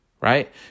right